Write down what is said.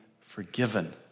forgiven